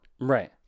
Right